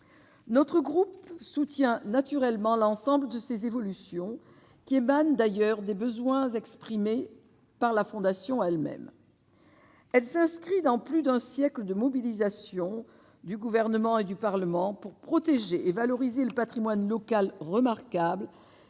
notre groupe soutient naturellement l'ensemble de ces évolutions, qui émane d'ailleurs des besoins exprimés par la Fondation elles-mêmes. Elle s'inscrit dans plus d'un siècle de mobilisation du gouvernement et du Parlement pour protéger et valoriser le pas. Les moines local remarquables